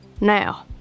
Now